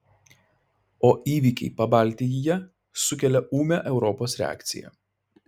o įvykiai pabaltijyje sukelia ūmią europos reakciją